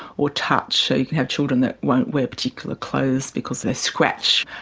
or touch, so you can have children that won't wear particular clothes because they scratch.